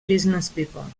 businesspeople